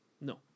No